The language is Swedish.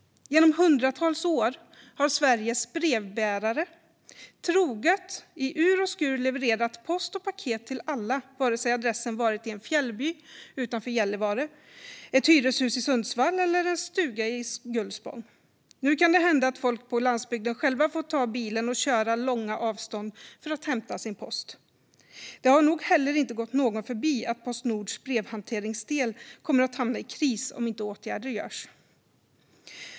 I hundratals år har Sveriges brevbärare troget i ur och skur levererat post och paket till alla, vare sig adressen varit i en fjällby utanför Gällivare, ett hyreshus i Sundsvall eller en stuga i Gullspång. Nu kan det hända att folk på landsbygden själva får ta bilen och köra långa avstånd för att hämta sin post. Det har nog heller inte gått någon förbi att Postnords brevhanteringsdel kommer att hamna i kris om inte åtgärder görs.